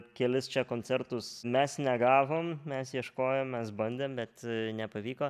kelis čia koncertus mes negavom mes ieškojom mes bandėm bet nepavyko